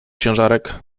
ciężarek